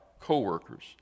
co-workers